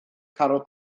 caryl